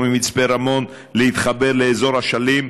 או ממצפה רמון להתחבר לאזור אשלים,